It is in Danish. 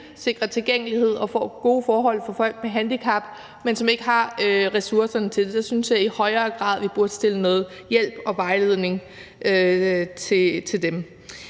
sikre tilgængelighed og gode forhold for folk med handicap, men som ikke har ressourcerne til det. Der synes jeg, at vi i højere grad burde stille noget hjælp og vejledning til